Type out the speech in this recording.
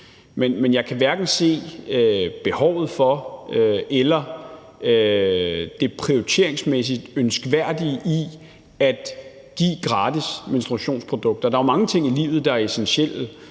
Men jeg kan hverken se behovet for eller det prioriteringsmæssigt ønskværdige i at give gratis menstruationsprodukter. Der er jo mange ting i livet, der er essentielle,